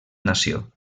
nació